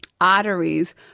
arteries